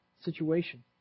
situation